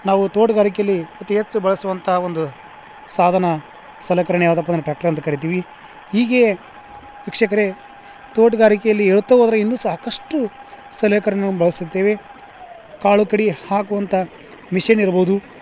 ನಾವು ತೋಟಗಾರಿಕೆಯಲ್ಲಿ ಅತಿ ಹೆಚ್ಚು ಬಳಸುವಂಥ ಒಂದು ಸಾಧನ ಸಲಕರಣೆ ಯಾವುದಪ್ಪ ಅಂದ್ರೆ ಟ್ರ್ಯಾಕ್ಟ್ರ್ ಅಂತ ಕರೀತೀವಿ ಹೀಗೆ ವೀಕ್ಷಕರೇ ತೋಟಗಾರಿಕೆಯಲ್ಲಿ ಹೇಳ್ತಾ ಹೋದ್ರೆ ಇನ್ನೂ ಸಾಕಷ್ಟು ಸಲಕರ್ಣೆಗಳ್ನ ಬಳಸುತ್ತೇವೆ ಕಾಳು ಕಡಿ ಹಾಕುವಂಥ ಮಿಷನ್ ಇರ್ಬೋದು